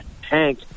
Hank